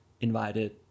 invited